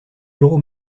bureau